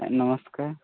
ନମସ୍କାର